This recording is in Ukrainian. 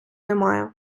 немає